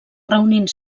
reunint